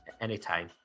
anytime